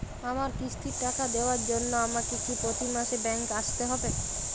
আমার কিস্তির টাকা দেওয়ার জন্য আমাকে কি প্রতি মাসে ব্যাংক আসতে হব?